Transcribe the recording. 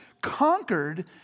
conquered